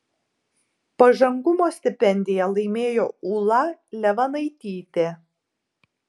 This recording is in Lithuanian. pažangumo stipendiją laimėjo ūla levanaitytė